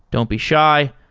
don't be shy.